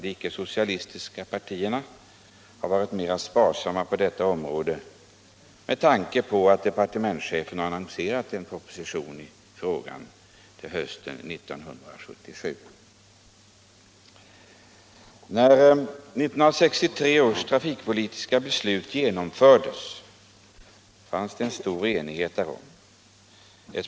De icke-socialistiska partierna har däremot varit mer sparsamma i det avseendet med tanke på att departementschefen har aviserat en proposition i frågan hösten 1977. 1963 års trafikpolitiska beslut fattades i stor enighet.